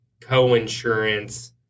coinsurance